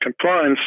compliance